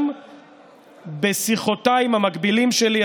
גם בשיחותיי עם המקבילים שלי,